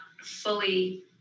fully